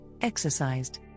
exercised